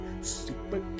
Super